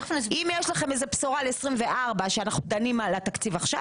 אם יש לכם בשורה ל-2024 שאנחנו דנים על התקציב עכשיו,